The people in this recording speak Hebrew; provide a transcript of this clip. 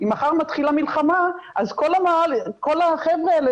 אם מחר מתחילה מלחמה אז כל החבר'ה האלה